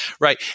Right